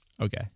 Okay